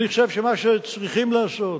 אני חושב שמה שצריכים לעשות,